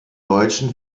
deutschen